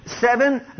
Seven